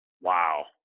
Wow